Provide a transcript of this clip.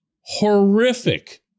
horrific